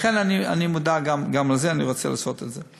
לכן, אני מודע גם לזה, ואני רוצה לעשות את זה.